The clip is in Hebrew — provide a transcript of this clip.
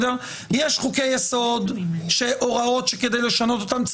יש הוראות שכדי לשנות אותן,